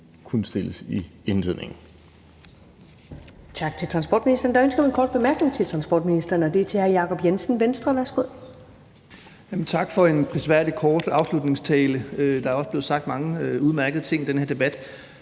kunne stilles i indledningen.